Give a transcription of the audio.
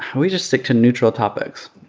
we just stick to neutral topics.